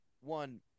one